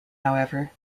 however